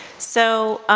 so